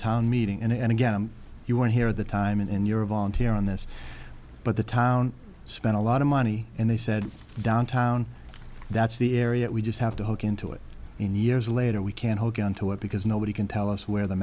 town meeting and again you want to hear the time and you're a volunteer on this but the town spent a lot of money and they said downtown that's the area we just have to hook into it in years later we can't hold onto it because nobody can tell us where the